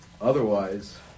otherwise